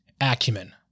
acumen